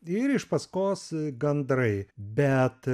ir iš paskos gandrai bet